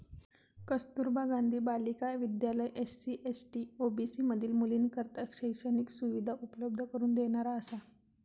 कस्तुरबा गांधी बालिका विद्यालय SC, ST, OBC मधील मुलींकरता शैक्षणिक सुविधा उपलब्ध करून देणारा असा